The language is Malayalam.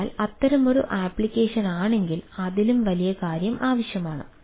അതിനാൽ അത്തരമൊരു ആപ്ലിക്കേഷനാണെങ്കിൽ അതിലും വലിയ കാര്യം ആവശ്യമാണ്